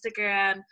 Instagram